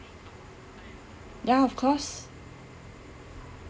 ya of course